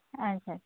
ᱟᱪᱪᱷᱟ ᱟᱪᱪᱷᱟ